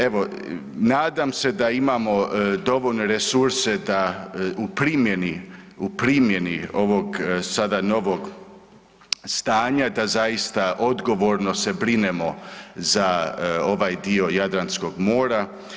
Evo nadam se da imamo dovoljno resurse da u primjeni, u primjeni ovog sada novog stanja da zaista odgovorno se brinemo za ovaj dio Jadranskog mora.